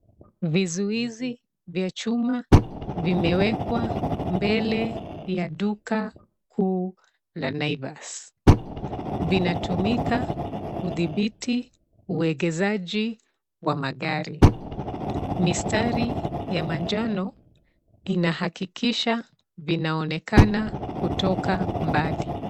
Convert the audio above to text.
Vizuizi vya chuma vimewekwa mbele ya duka kuu la Naivas. Vinatumika kudhibiti uegezaji wa magari. Mistari ya manjano inahakikisha vinaonekana kutoka mbali.